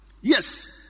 Yes